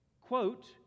quote